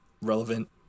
relevant